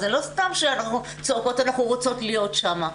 זה לא סתם שאנחנו צועקות אנחנו רוצות להיות שם.